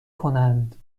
کنند